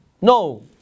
no